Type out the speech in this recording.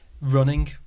running